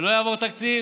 כשלא יעבור תקציב